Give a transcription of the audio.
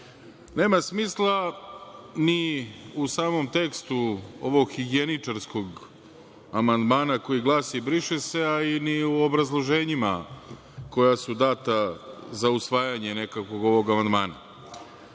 Nema smisla ni u samom tekstu ovog higijeničarskog amandmana koji glasi „briše se“, a ni u obrazloženjima koja su data za usvajanje amandmana. Ne